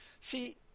See